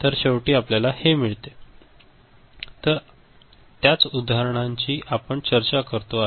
तर शेवटी आपल्या हे मिळते तर त्याच उदाहरणांची आपण चर्चा करतो आहे